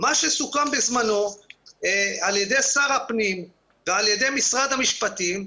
מה שסוכם בזמנו על ידי שר הפנים ועל ידי משרד המשפטים,